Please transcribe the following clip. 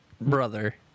brother